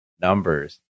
numbers